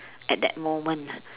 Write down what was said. at that moment ah